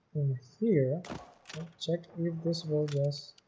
here check if this volgas